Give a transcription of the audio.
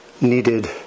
needed